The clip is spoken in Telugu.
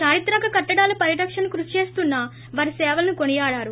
చారిత్రక కట్టడాల పరిరక్షణకు కృషి చేస్తున్న వారి సేవలను కొనియాడారు